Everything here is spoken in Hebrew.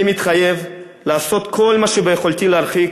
אני מתחייב לעשות כל מה שביכולתי להרחיק